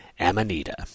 Amanita